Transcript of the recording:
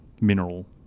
mineral